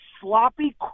sloppy